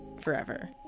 forever